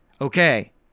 okay